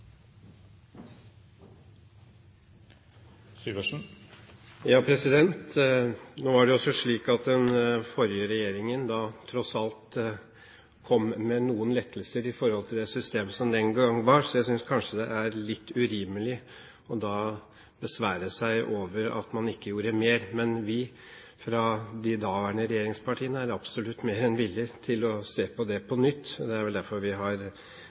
Nå er det jo slik at den forrige regjeringen tross alt kom med noen lettelser i forhold til det systemet som var den gang, så jeg synes kanskje det er litt urimelig å besvære seg over at man ikke gjorde mer. Men vi fra de daværende regjeringspartiene er absolutt mer enn villige til å se på det på nytt. Det er derfor vi har